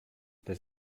das